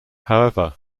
however